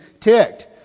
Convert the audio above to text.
ticked